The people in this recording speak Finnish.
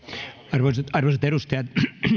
arvoisat arvoisat edustajat